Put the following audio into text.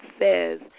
says